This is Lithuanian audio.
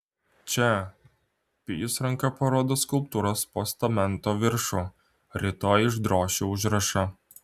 čia pijus ranka parodo skulptūros postamento viršų rytoj išdrošiu užrašą